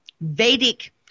Vedic